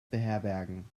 beherbergen